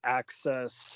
access